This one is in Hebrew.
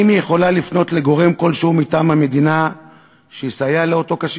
האם היא יכולה לפנות לגורם כלשהו מטעם המדינה שיסייע לאותו קשיש,